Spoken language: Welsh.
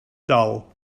dal